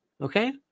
Okay